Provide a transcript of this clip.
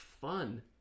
fun